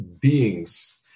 beings